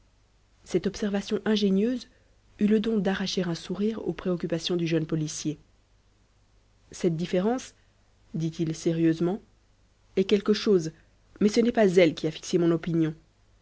cette observation ingénieuse eut le don d'arracher un sourire aux préoccupations du jeune policier cette différence dit-il sérieusement est quelque chose mais ce n'est pas elle qui a fixé mon opinion